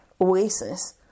Oasis